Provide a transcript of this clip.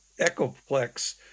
Echoplex